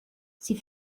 sie